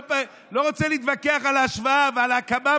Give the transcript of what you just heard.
לא רוצה להתווכח על ההשוואה ועל ההקמה,